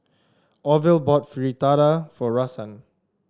Orville bought Fritada for Rahsaan